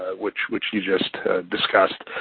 which which you just discussed.